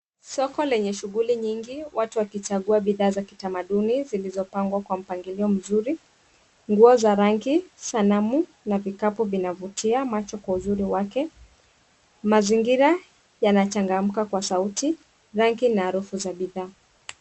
Soko yenye shughuli nyingi watu wakichagua bidhaa za kitamaduni zilizopangwa kwa mpangilio mzuri. Nguo za rangi, sanamu na vikapu vinavutia macho kwa uzuri wake. Mazingira yanachangamka kwa sauti rangi na harufu za bidhaa.